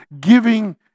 giving